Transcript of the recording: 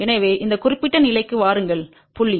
எனவே இந்த குறிப்பிட்ட நிலைக்கு வாருங்கள் புள்ளி